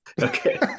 Okay